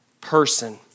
person